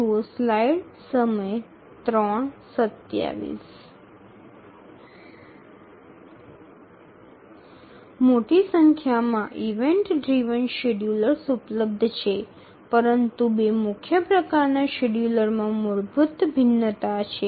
મોટી સંખ્યામાં event driven schedulers ઉપલબ્ધ છે પરંતુ બે મુખ્ય પ્રકારનાં શેડ્યૂલરમાં મૂળભૂત ભિન્નતા છે